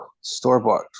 Store-bought